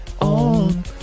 on